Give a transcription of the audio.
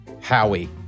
Howie